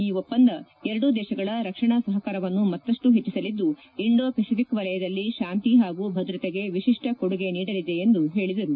ಈ ಒಪ್ಪಂದ ಎರಡೂ ದೇಶಗಳ ರಕ್ಷಣಾ ಸಹಕಾರವನ್ನು ಮತ್ತಷ್ಟು ಹೆಚ್ಚಿಸಲಿದ್ದು ಇಂಡೋ ಫೆಸಿಫಿಕ್ ವಲಯದಲ್ಲಿ ಶಾಂತಿ ಹಾಗೂ ಭದ್ರತೆಗೆ ವಿಶಿಷ್ಟ ಕೊಡುಗೆ ನೀಡಲಿದೆ ಎಂದು ಹೇಳಿದರು